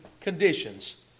conditions